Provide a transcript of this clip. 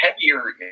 heavier